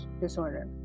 disorder